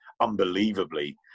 unbelievably